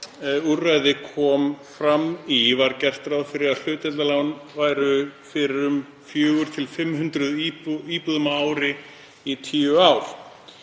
úrræði kom fram í var gert ráð fyrir að hlutdeildarlán væru fyrir um 400–500 íbúðum á ári í tíu ár.